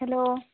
hello